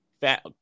fat